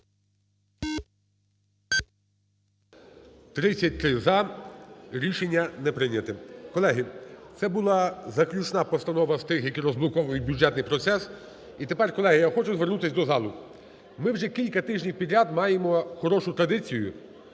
За-33 Рішення не прийняте. Колеги, це була заключна постанова з тих, які розблоковують бюджетний процес. І тепер, колеги, я хочу звернутися до залу. Ми вже кілька тижнів підряд маємо хорошу традицію,